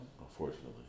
Unfortunately